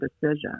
decision